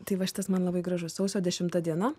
tai va šitas man labai gražus sausio dešimta diena